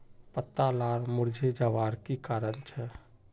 पत्ता लार मुरझे जवार की कारण छे?